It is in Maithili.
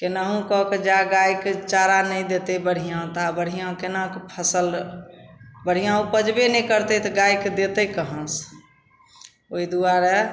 केनाहु कऽके जा गाइके चारा नहि देतै बढ़िआँ तऽ बढ़िआँ कोनाके फसल बढ़िआँ उपजबे नहि करतै तऽ गाइके देतै कहाँसे ओहि दुआरे